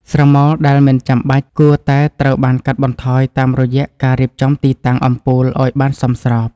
ស្រមោលដែលមិនចាំបាច់គួរតែត្រូវបានកាត់បន្ថយតាមរយៈការរៀបចំទីតាំងអំពូលឱ្យបានសមស្រប។